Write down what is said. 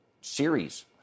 series